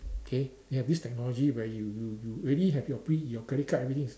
okay they have this technology where you you you already have your pre~ credit card everything is